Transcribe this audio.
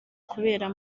kubera